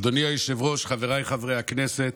אדוני היושב-ראש, חבריי חברי הכנסת,